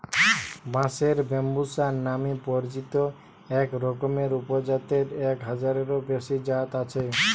বাঁশের ব্যম্বুসা নামে পরিচিত একরকমের উপজাতের এক হাজারেরও বেশি জাত আছে